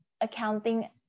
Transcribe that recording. accounting